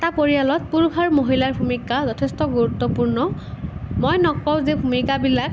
এটা পৰিয়ালত পুৰুষ আৰু মহিলাৰ ভূমিকা যথেষ্ট গুৰুত্বপূৰ্ণ মই নকওঁ যে ভূমিকাবিলাক